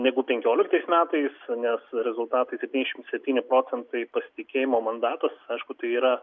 negu penkioliktais metais nes rezultatai septyniasdešimt septyni procentai pasitikėjimo mandatas aišku tai yra